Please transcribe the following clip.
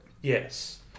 Yes